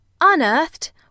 Unearthed